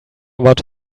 about